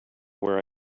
where